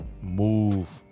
move